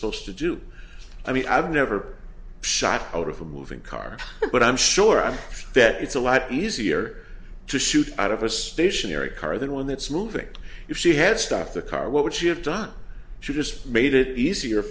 supposed to do i mean i've never shot out of a moving car but i'm sure that it's a lot easier to shoot out of a stationary car than one that's moving if she had stopped the car what would she have done she just made it easier